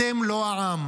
אתם לא העם.